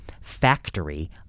factory